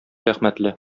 рәхмәтле